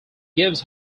gives